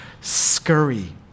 scurry